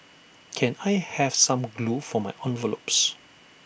can I have some glue for my envelopes